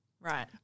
Right